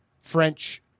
French